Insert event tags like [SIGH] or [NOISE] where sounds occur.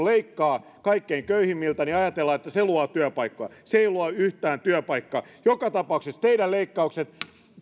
[UNINTELLIGIBLE] leikkaa kaikkein köyhimmiltä niin ajatellaan että se luo työpaikkoja se ei luo yhtään työpaikkaa joka tapauksessa teidän leikkauksenne